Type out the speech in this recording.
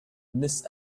miss